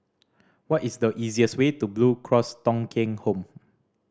what is the easiest way to Blue Cross Thong Kheng Home